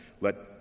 Let